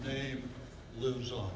they lose all